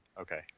Okay